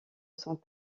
sont